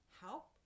help